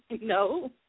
No